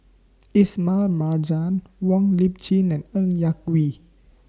Ismail Marjan Wong Lip Chin and Ng Yak Whee